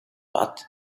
but